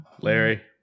Larry